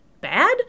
bad